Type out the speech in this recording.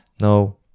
no